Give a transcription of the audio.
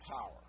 power